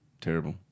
terrible